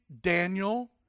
Daniel